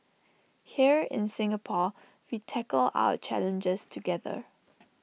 here in Singapore we tackle our challenges together